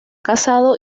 casado